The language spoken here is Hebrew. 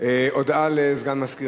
ותועבר לוועדת החוקה,